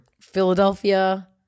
Philadelphia